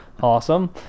Awesome